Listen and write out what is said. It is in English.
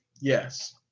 Yes